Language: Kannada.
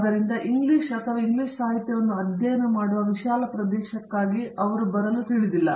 ಆದ್ದರಿಂದ ಇಂಗ್ಲಿಷ್ ಅಥವಾ ಇಂಗ್ಲಿಷ್ ಸಾಹಿತ್ಯವನ್ನು ಅಧ್ಯಯನ ಮಾಡುವ ವಿಶಾಲ ಪ್ರದೇಶಕ್ಕಾಗಿ ಅವರು ಬರಲು ತಿಳಿದಿಲ್ಲ